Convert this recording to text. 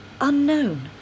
Unknown